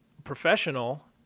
Professional